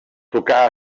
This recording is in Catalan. tocà